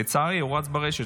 לצערי הוא רץ ברשת,